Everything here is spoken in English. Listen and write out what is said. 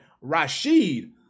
Rashid